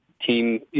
team